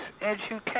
education